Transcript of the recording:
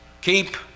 Keep